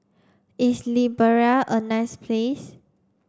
is Liberia a nice place